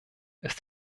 ist